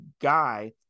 guy